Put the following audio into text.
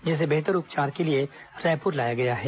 जिसे बेहतर उपचार के लिए रायपुर रिफर किया गया है